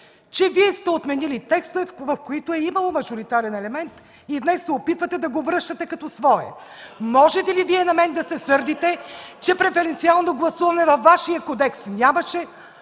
че сте отменили текстове, в които е имало мажоритарен елемент и днес се опитвате да го връщате като свой? Можете ли Вие на мен да се сърдите, че преференциалното гласуване във Вашия кодекс нямаше,